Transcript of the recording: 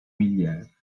milliards